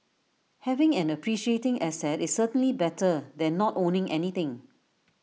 having an appreciating asset is certainly better than not owning anything